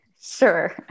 Sure